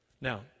Now